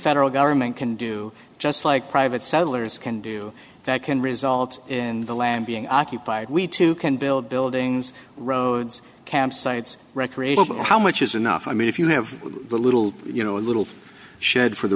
federal government can do just like private settlers can do that can result in the land being occupied we too can build buildings roads campsites recreate how much is enough i mean if you have a little you know a little shed for the